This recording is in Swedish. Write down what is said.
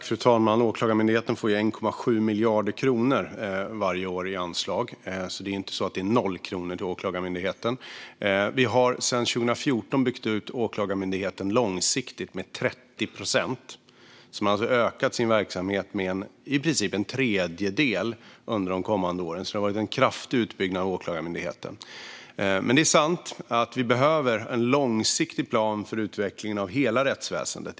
Fru talman! Åklagarmyndigheten får 1,7 miljarder kronor varje år i anslag, så det är inte så att det är noll kronor till Åklagarmyndigheten. Vi har sedan 2014 byggt ut Åklagarmyndigheten långsiktigt med 30 procent. Man har alltså ökat sin verksamhet med i princip en tredjedel under åren. Det har alltså varit en kraftig utbyggnad av Åklagarmyndigheten. Men det är sant att vi behöver en långsiktig plan för utvecklingen av hela rättsväsendet.